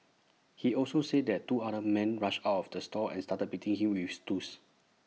he also said that two other men rushed out of the store and started beating him with stools